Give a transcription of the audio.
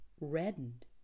reddened